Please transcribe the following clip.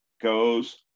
goes